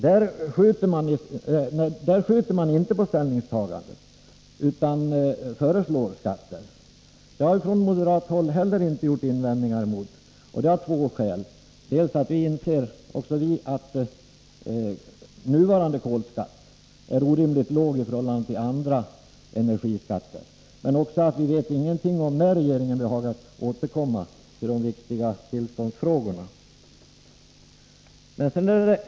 Där skjuter man inte på ställningstagandet, utan man föreslår skatter. Det har vi på moderat håll inte heller gjort några invändningar emot, och detta av två skäl: dels inser vi att nuvarande kolskatt är orimligt låg i förhållande till andra energiskatter, dels vet vi ingenting om när regeringen behagar återkomma till de viktiga tillståndsfrågorna.